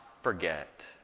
forget